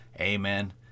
Amen